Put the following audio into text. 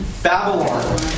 Babylon